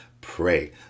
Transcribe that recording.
pray